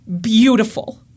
beautiful